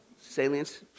salience